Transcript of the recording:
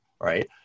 Right